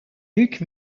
duc